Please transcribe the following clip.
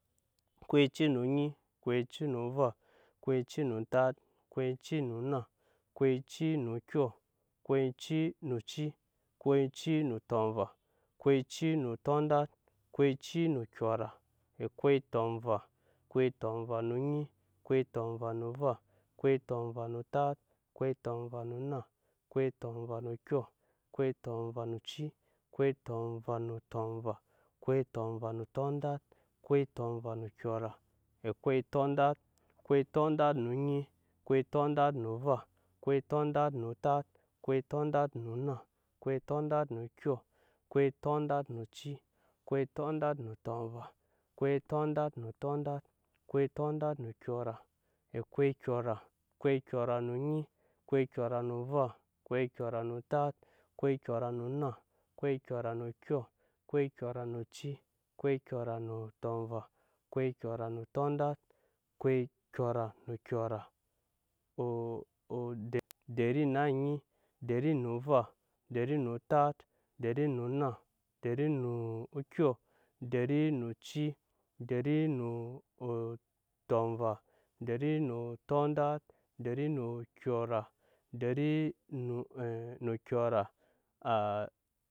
Eko oci no onyi eko oci no ova eko oci no otat eko oci no onna eko oci no okyɔ eko oci no oci eko oci no otɔnva eko oci no otɔndat eko oci no okyɔra ekop otɔnva, eko otɔnva no onyi eko otɔnva no ova eko otɔnva no otat eko otɔnva no onna eko otɔnva no okyɔ eko otɔnva no oci eko otɔnva no otɔnva eko otɔnva no otɔndat eko otɔnva no okyɔra ekop otɔndat, eko otɔndat no onyi eko otɔndat no ova eko otɔndat no otat eko otɔndat no onna eko otɔndat no okyɔ eko otɔndat no oci eko otɔndat no otɔnva eko otɔndat no otɔndat eko otɔndat no okyɔra eko okyɔra, eko kyɔra no onyi eko kyɔra no ova eko kyɔra no otat eko kyɔra no onna eko kyɔra no okyɔ eko kyɔra no oci eko kyɔra no otɔnva eko kyɔra no otɔndat eko kyɔra no okyɔra, odɛri, odɛri no onyi odɛri no ova odɛri no otat odɛri no onna odɛri no okyɔ odɛri no oci odɛri no otɔnva odɛri no otɔndat odɛri no okyɔra